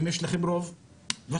אם יש לכם רוב, בבקשה.